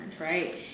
right